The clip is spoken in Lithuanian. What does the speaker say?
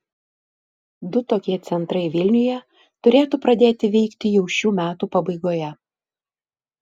du tokie centrai vilniuje turėtų pradėti veikti jau šių metų pabaigoje